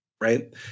right